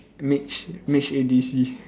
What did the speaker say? mage mage A D C